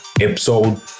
Episode